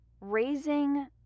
raising